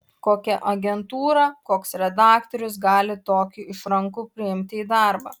kokia agentūra koks redaktorius gali tokį išrankų priimti į darbą